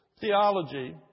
theology